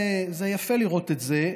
זה יפה לראות את זה.